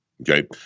Okay